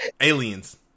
aliens